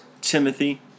Timothy